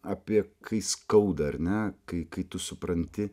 apie kai skauda ar ne kai kai tu supranti